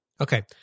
Okay